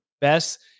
best